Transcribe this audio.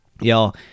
y'all